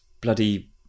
bloody